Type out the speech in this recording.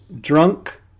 drunk